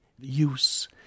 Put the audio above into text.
use